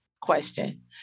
Question